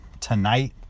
tonight